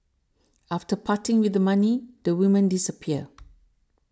after parting with the money the women disappear